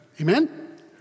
Amen